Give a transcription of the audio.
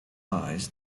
eyes